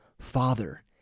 Father